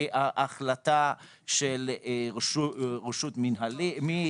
אני חושב שנכון שזה תהיה החלטה של רשות מינהלית,